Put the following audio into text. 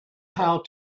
how